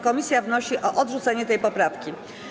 Komisje wnoszą o odrzucenie tej poprawki.